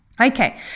Okay